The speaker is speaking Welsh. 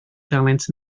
dalent